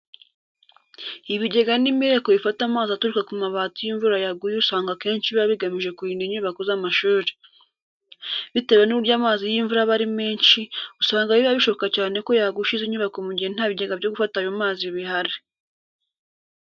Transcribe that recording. Ibigega n'imireko bifata amazi aturuka ku mabati iyo imvura yaguye usanga akenshi biba bigamije kurinda inyubako z'amashuri. Bitewe n'uburyo amazi y'imvura aba ari menshi, usanga biba bishoboka cyane ko yagusha izi nyubako mu gihe nta bigega byo gufata ayo mazi bihari.